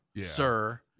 sir